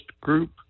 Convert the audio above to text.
Group